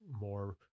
more